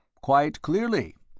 quite clearly.